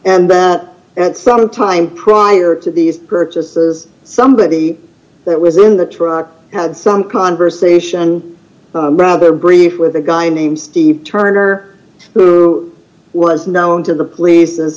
and that at some time prior to these purchases somebody that was in the truck had some conversation rather brief with a guy named steve turner who was now into the police